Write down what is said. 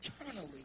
eternally